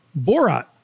Borat